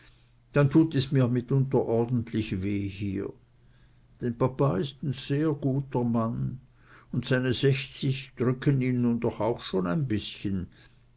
denn tut es mir mitunter ordentlich weh hier denn papa is ein sehr guter mann und seine sechzig drücken ihn nu doch auch schon ein bißchen